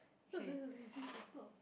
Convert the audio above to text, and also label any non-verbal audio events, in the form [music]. [noise] lazy to talk